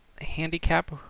handicap